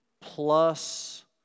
plus